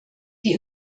die